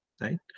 right